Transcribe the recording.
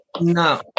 No